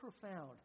profound